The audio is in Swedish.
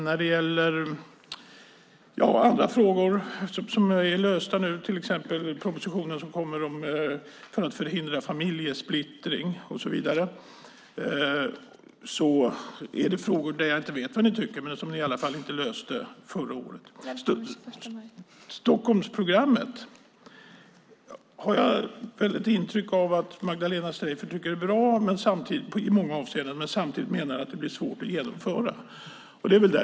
När det gäller andra frågor som nu är lösta, till exempel propositionen som kommer om att förhindra familjesplittring och så vidare vet jag inte vad ni tycker, men det är i alla fall frågor som ni inte löste under förra perioden. Stockholmsprogrammet har jag väl ett intryck av att Magdalena Streijffert tycker är bra i många avseenden men samtidigt menar blir svårt att genomföra.